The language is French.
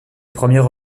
premières